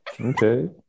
Okay